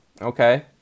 okay